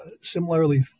similarly